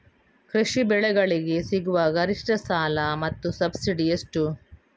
ಕೃಷಿ ಬೆಳೆಗಳಿಗೆ ಸಿಗುವ ಗರಿಷ್ಟ ಸಾಲ ಮತ್ತು ಸಬ್ಸಿಡಿ ಎಷ್ಟು?